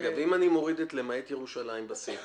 ואם אני מוריד את "למעט ירושלים" בסעיף,